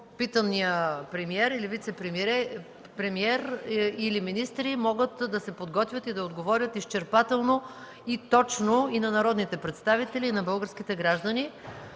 заместник-премиери или министри могат да се подготвят и да отговорят изчерпателно и точно на народните представители и на българските граждани.